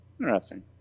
Interesting